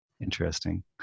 interesting